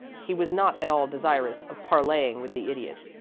he was not at all desirous of parleying with the idiot.